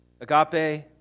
Agape